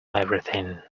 everything